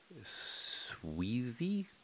Sweezy